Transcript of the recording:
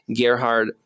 Gerhard